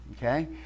Okay